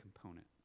component